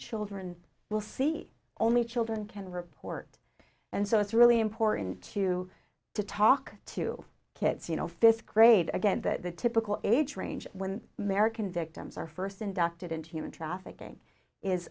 children will see only children can report and so it's really important to to talk to kids you know fifth grade again that the typical age range when american victims are first inducted into human trafficking is